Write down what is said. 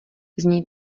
zní